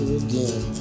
again